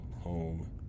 home